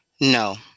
No